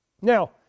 Now